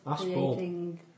creating